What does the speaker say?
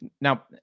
Now